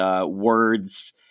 words